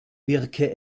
wirke